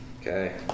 Okay